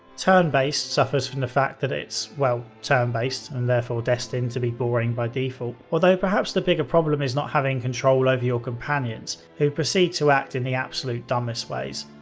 turn based suffers from the fact that it's, well, turn-based and therefore destined to be boring by default, although perhaps the bigger problem is not having any control over your companions who proceed to act in the absolute dumbest ways.